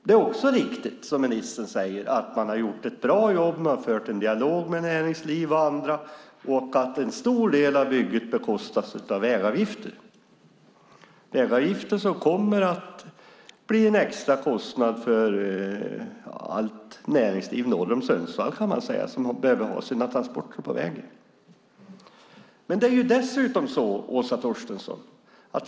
Det är också riktigt, som ministern säger, att man har gjort ett bra jobb, att man har fört en dialog med näringslivet och andra och att en stor del av bygget bekostas av vägavgifter. Vägavgifterna kommer att bli en extra kostnad för näringslivet norr om Sundsvall som behöver transportera på vägen.